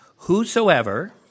whosoever